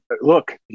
look